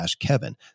kevin